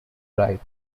write